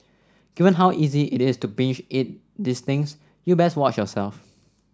given how easy it is to binge eat these things you best watch yourself